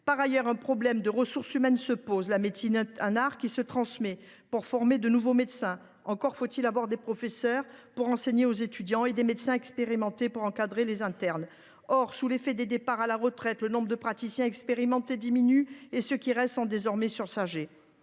Ensuite, un problème de ressources humaines se pose. La médecine est un art qui se transmet. Pour former de nouveaux médecins, encore faut il avoir des professeurs pour enseigner aux étudiants, et des médecins expérimentés pour encadrer les internes. Or, sous l’effet des départs à la retraite, le nombre de praticiens expérimentés diminue, et ceux qui restent sont désormais surchargés.